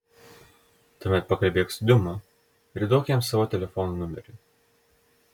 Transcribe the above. tuomet pakalbėk su diuma ir duok jiems savo telefono numerį